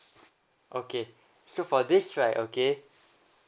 okay so for this right okay